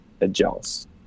adjust